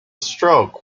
stroke